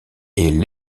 est